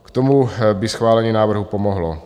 Tomu by schválení návrhů pomohlo.